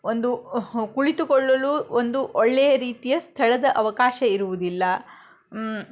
ಒಂದು ಕುಳಿತುಕೊಳ್ಳಲು ಒಂದು ಒಳ್ಳೆಯ ರೀತಿಯ ಸ್ಥಳದ ಅವಕಾಶ ಇರುವುದಿಲ್ಲ